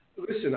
Listen